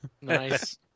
Nice